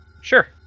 Sure